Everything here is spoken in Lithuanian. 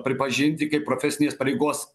pripažinti kaip profesinės pareigos